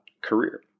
career